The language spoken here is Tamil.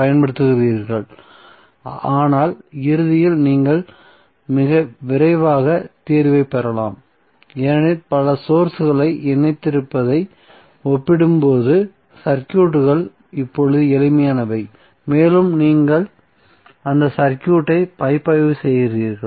பயன்படுத்துகிறீர்கள் ஆனால் இறுதியில் நீங்கள் மிக விரைவாக தீர்வைப் பெறலாம் ஏனெனில் பல சோர்ஸ்களை இணைத்திருப்பதை ஒப்பிடும்போது சர்க்யூட்கள் இப்போது எளிமையானவை மேலும் நீங்கள் அந்த சர்க்யூட்டை பகுப்பாய்வு செய்கிறீர்கள்